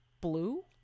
blue